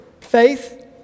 faith